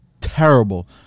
terrible